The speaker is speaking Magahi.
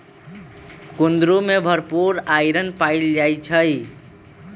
कुंदरू में भरपूर आईरन पाएल जाई छई